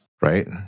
Right